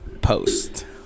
post